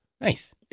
Nice